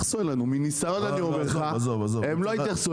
מניסיון אני אומר לך, הם לא יתייחסו.